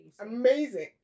Amazing